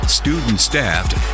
student-staffed